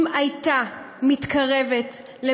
אם השרפה הנוראה שהייתה בכרמל הייתה מתקרבת לבתי-הזיקוק,